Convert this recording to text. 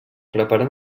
preparen